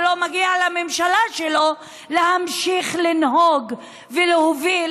ולא מגיע לממשלה שלו להמשיך להנהיג ולהוביל